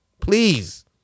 Please